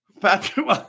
Patrick